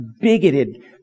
bigoted